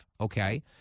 okay